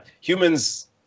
humans